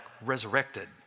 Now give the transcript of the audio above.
resurrected